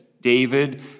David